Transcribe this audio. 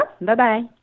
Bye-bye